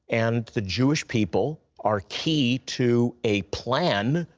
and the jewish people are key to a plan,